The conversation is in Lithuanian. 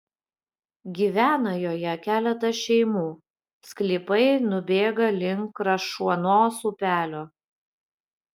gyvena joje keletas šeimų sklypai nubėga link krašuonos upelio